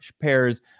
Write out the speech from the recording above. pairs